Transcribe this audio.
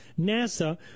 NASA